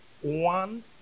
one